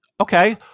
okay